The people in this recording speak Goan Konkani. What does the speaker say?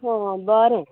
हां बरें